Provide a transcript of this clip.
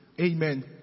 Amen